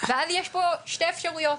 ואז יש פה שתי אפשרויות.